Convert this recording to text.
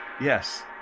yes